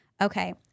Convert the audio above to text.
Okay